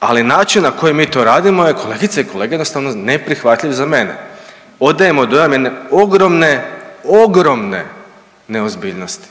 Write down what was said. ali način na koji mi to radimo je kolegice i kolege jednostavno neprihvatljiv za mene. Odajemo dojam jedne ogromne, ogromne neozbiljnosti.